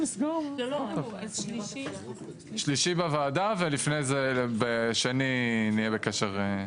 שלישי בוועדה, ולפני זה, בשני, נהיה בקשר.